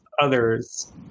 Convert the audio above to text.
others